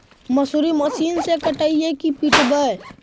मसुरी मशिन से कटइयै कि पिटबै?